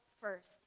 first